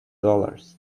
dollars